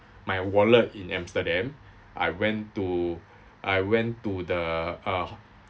my wallet in amsterdam I went to I went to the uh